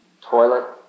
toilet